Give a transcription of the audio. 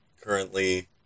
currently